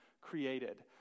created